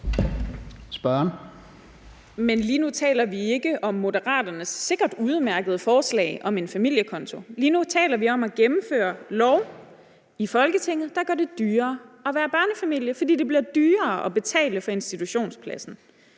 (EL): Men lige nu taler vi ikke om Moderaternes udmærkede forslag om en familiekonto. Lige nu taler vi om at gennemføre en lov i Folketinget, der gør det dyrere at være børnefamilie, fordi det bliver dyrere at betale for en institutionsplads.